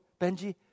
Benji